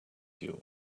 you